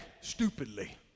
stupidly